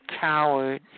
coward